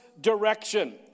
direction